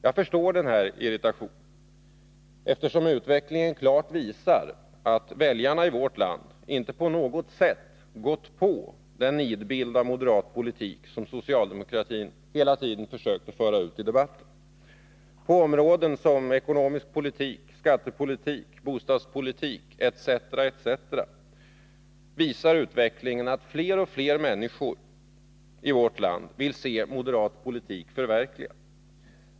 Jag förstår den här irritationen, eftersom utvecklingen klart visar att väljarna i vårt land inte på något sätt accepterat den nidbild av moderat politik som socialdemokratin hela tiden försökt föra ut i debatten. På olika områden — ekonomisk politik, skattepolitik, bostadspolitik etc. — visar utvecklingen att fler och fler människor i vårt land vill se moderat politik förverkligad.